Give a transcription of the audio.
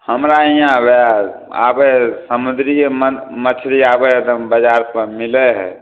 हमरा इहाँ वएह आबै हय समुद्रिये मछरी आबै हय तऽ हम बजारपर मिलै हय